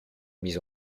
mis